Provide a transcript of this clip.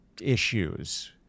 issues